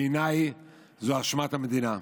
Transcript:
בעיניי זאת אשמת המדינה.